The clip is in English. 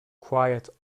quite